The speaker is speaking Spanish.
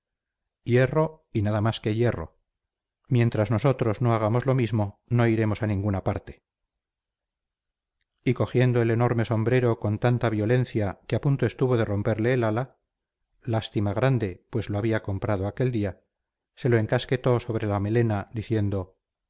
hierro y nada más que hierro mientras nosotros no hagamos lo mismo no iremos a ninguna parte y cogiendo el enorme sombrero con tanta violencia que a punto estuvo de romperle el ala lástima grande pues lo había comprado aquel día se lo encasquetó sobre la melena diciendo